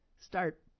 Start